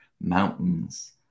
mountains